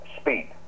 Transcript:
Speed